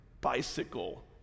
bicycle